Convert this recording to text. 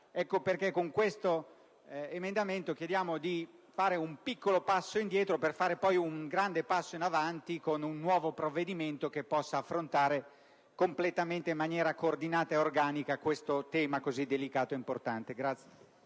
motivo, con questo emendamento chiediamo di fare un piccolo passo indietro, per fare poi un grande passo in avanti con un nuovo provvedimento che possa affrontare completamente in maniera coordinata e organica questo tema così delicato. *(Applausi dal